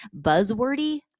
buzzwordy